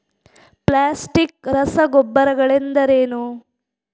Plastic ರಸಗೊಬ್ಬರಗಳೆಂದರೇನು?